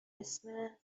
اسم